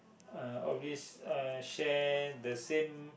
uh always uh share the same